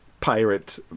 Pirate